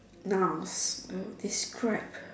nouns you know describe